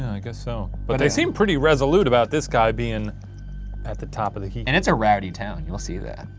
i guess so. but they seem pretty resolute about this guy bein' at the top of the heap. and it's a rowdy town. you'll see that.